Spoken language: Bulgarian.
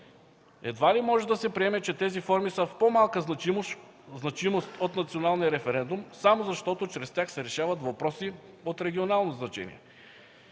Едва ли може да се приеме, че тези форми са с по-малка значимост от националния референдум, само защото чрез тях се решават въпроси от регионално значение.